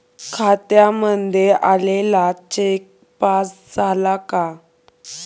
खात्यामध्ये आलेला cheque pass झाला का?